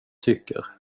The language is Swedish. tycker